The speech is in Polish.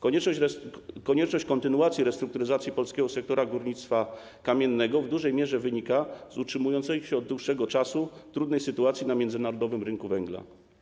Konieczność kontynuacji restrukturyzacji polskiego sektora górnictwa węgla kamiennego w dużej mierze wynika z utrzymującej się od dłuższego czasu trudnej sytuacji na międzynarodowym rynku węgla.